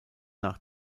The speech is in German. nach